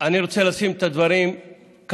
אני רוצה לשים את הדברים כאן,